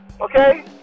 okay